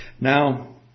Now